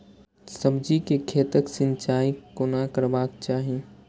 सब्जी के खेतक सिंचाई कोना करबाक चाहि?